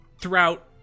Throughout